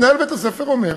מנהל בית-הספר אומר: